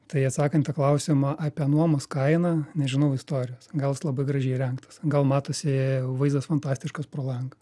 tai atsakant į tą klausimą apie nuomos kainą nežinau istorijos gal jis labai gražiai įrengtas gal matosi vaizdas fantastiškas pro langą